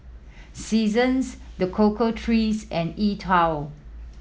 Seasons The Cocoa Trees and E Twow